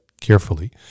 carefully